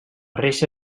reixa